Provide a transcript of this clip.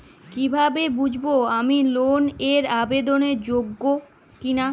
কীভাবে বুঝব আমি লোন এর আবেদন যোগ্য কিনা?